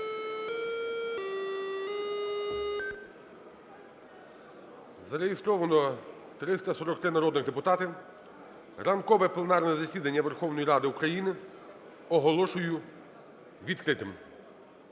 Зареєстровано 343 народних депутати. Ранкове пленарне засідання Верховної Ради України оголошую відкритим.